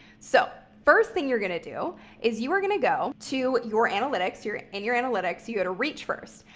so first thing you're going to do is you are going to go to your analytics. in and your analytics, you go to reach first.